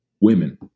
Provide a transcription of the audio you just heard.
women